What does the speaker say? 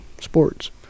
sports